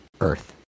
Earth